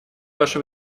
ваше